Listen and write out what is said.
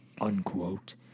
Unquote